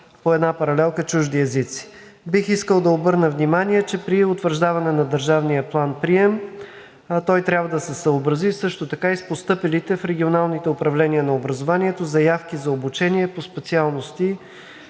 по една паралелка с чужди езици. Бих искал да обърна внимание, че при утвърждаване на държавния план-прием той трябва да се съобрази също така и с постъпилите в регионалните управления на образованието заявки за обучение по специалности